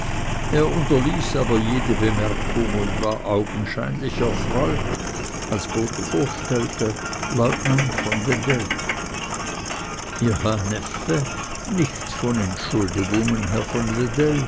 er unterließ aber jede bemerkung und war augenscheinlich erfreut als botho vorstellte leutnant von wedell ihr herr neffe nichts von entschuldigungen herr von